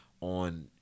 on